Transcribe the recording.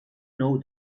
know